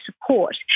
support